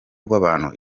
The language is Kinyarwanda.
rw’abantu